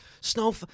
snow